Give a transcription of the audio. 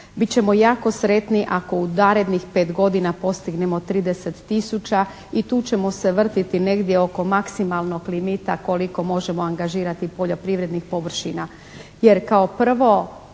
Bit ćemo jako sretni ako u narednih pet godina postignemo 30 tisuća i tu ćemo se vrtiti negdje oko maksimalnog limita koliko možemo angažirati poljoprivrednih površina